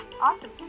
Awesome